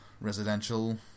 residential